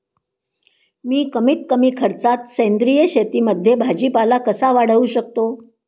मी कमीत कमी खर्चात सेंद्रिय शेतीमध्ये भाजीपाला कसा वाढवू शकतो?